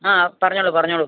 ആ പറഞ്ഞോളൂ പറഞ്ഞോളൂ